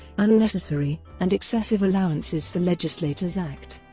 and unnecessary, and excessive allowances for legislators act,